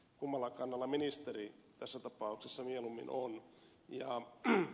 kummalla kannalla ministeri tässä tapauksessa vian menoon ja hän